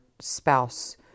spouse